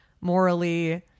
morally